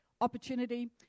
opportunity